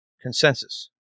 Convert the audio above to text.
consensus